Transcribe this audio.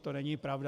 To není pravda.